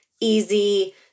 easy